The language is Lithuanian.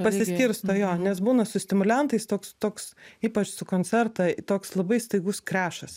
pasiskirsto jo nes būna su stimuliantais toks toks ypač su koncerta toks labai staigus krešas